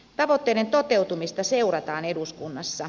tavoitteiden toteutumista seurataan eduskunnassa